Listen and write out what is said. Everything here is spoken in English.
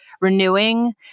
renewing